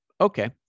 Okay